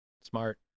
smart